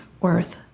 worth